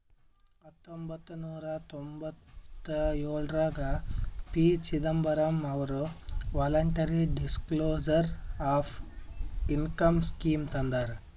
ಹತೊಂಬತ್ತ ನೂರಾ ತೊಂಭತ್ತಯೋಳ್ರಾಗ ಪಿ.ಚಿದಂಬರಂ ಅವರು voluntary disclosure of income scheme ತಂದಾರ